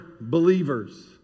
believers